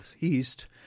east –